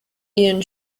ihren